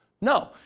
No